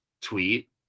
tweet